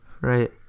Right